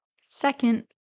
Second